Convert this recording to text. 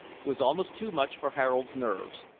was almost too much for harold's nerves,